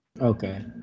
Okay